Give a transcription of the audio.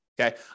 Okay